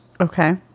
Okay